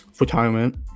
retirement